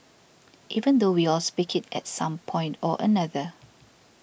even though we all speak it at some point or another